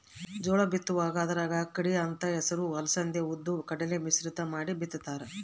ಜೋಳ ಬಿತ್ತುವಾಗ ಅದರಾಗ ಅಕ್ಕಡಿ ಅಂತ ಹೆಸರು ಅಲಸಂದಿ ಉದ್ದು ಕಡಲೆ ಮಿಶ್ರ ಮಾಡಿ ಬಿತ್ತುತ್ತಾರ